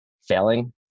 failing